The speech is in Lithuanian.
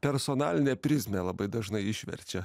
personalinę prizmę labai dažnai išverčia